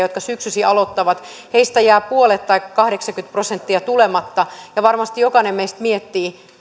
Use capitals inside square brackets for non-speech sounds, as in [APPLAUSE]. [UNINTELLIGIBLE] jotka syksyisin aloittavat jää puolet tai kahdeksankymmentä prosenttia tulematta varmasti jokainen meistä miettii